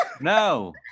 No